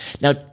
Now